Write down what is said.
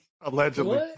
Allegedly